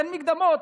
תן מקדמות,